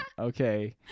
Okay